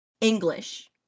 English